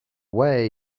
way